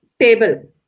Table